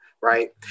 Right